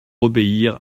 obéir